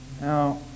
now